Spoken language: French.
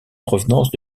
provenance